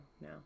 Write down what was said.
now